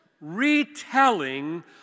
retelling